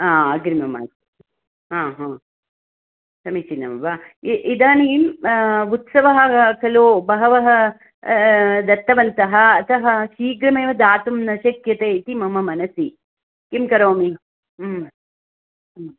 हा अग्रिममासे हा हा समीचीनं वा इदानीम् उत्सवः खलु बहवः दत्तवन्तः अतः शीघ्रमेव दातुं न शक्यते इति मम मनसि किं करोमि